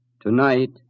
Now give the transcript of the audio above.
Tonight